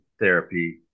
therapy